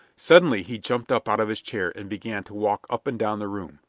suddenly he jumped up out of his chair and began to walk up and down the room.